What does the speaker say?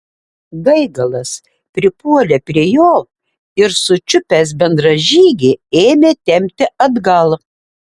gaigalas pripuolė prie jo ir sučiupęs bendražygį ėmė tempti atgal